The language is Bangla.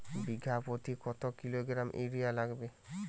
বিঘাপ্রতি কত কিলোগ্রাম ইউরিয়া লাগবে?